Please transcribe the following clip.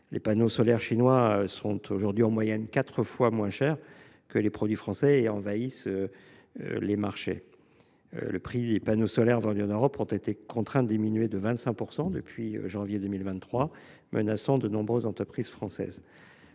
Les panneaux solaires chinois, qui sont en moyenne quatre fois moins chers que les produits français, envahissent par conséquent le marché. Les prix des panneaux solaires vendus en Europe ont dû diminuer de 25 % depuis janvier 2023, menaçant de nombreuses entreprises françaises.